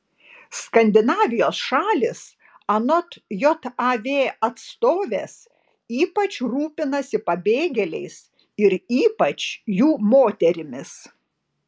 skandinavijos šalys anot jav atstovės ypač rūpinasi pabėgėliais ir ypač jų moterimis